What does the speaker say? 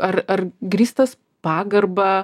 ar ar grįstas pagarba